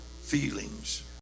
feelings